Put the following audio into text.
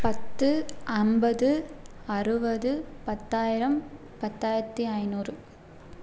பத்து ஐம்பது அறுபது பத்தாயிரம் பத்தாயிரத்து ஐநூறு